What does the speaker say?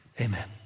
Amen